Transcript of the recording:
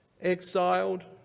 Exiled